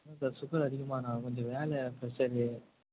sugar அதிகமான கொஞ்சம் வேள ப்ரெஷரு